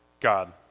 God